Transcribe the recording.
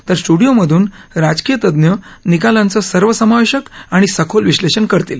तर स्टूडिओमधून राजकीय तज्ञ निकालांचं सर्व समावेशक आणि सखोल विश्नेषण करतील